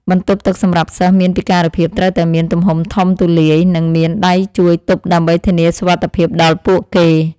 បន្ទប់ទឹកសម្រាប់សិស្សមានពិការភាពត្រូវតែមានទំហំធំទូលាយ និងមានដៃជួយទប់ដើម្បីធានាសុវត្ថិភាពដល់ពួកគេ។